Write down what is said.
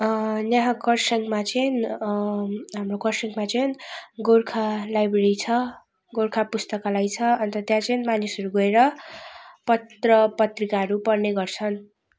यहाँ कर्सियङमा चाहिँ हाम्रो कर्सियङमा चाहिँ गोर्खा लाइब्रेरी छ गोर्खा पुस्तकालय छ अन्त त्यहाँ चाहिँ मानिसहरू गएर पत्र पत्रिकाहरू पढ्ने गर्छन्